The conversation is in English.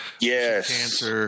Yes